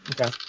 Okay